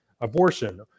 abortion